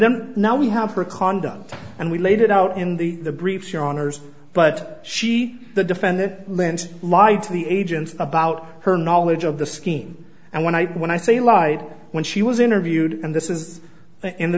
then now we have her conduct and we laid it out in the briefs yawners but she the defendant lent lied to the agent about her knowledge of the scheme and when i when i say lied when she was interviewed and this is in the